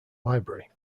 library